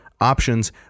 options